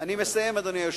אני מסיים, אדוני היושב-ראש.